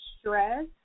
stress